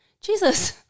Jesus